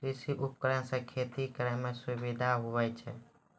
कृषि उपकरण से खेती करै मे सुबिधा हुवै छै